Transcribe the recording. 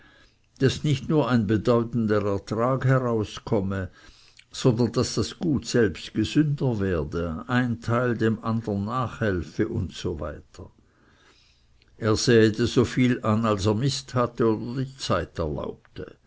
daß nicht nur ein bedeutender ertrag herauskomme sondern daß das gut selbst gesünder werde ein teil dem andern nachhelfe usw er säete so viel an als er mist hatte oder die zeit erlaubte